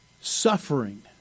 suffering